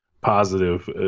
positive